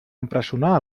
empresonar